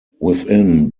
within